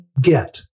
get